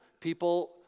people